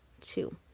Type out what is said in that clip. two